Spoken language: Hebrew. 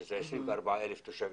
שהוא עם 24,000 תושבים,